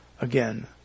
again